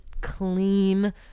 clean